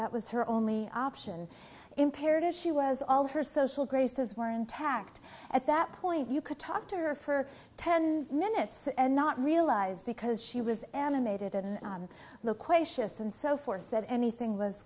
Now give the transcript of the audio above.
that was her only option impaired as she was all her social graces were intact at that point you could talk to her for ten minutes and not realize because she was animated and loquacious and so forth that anything was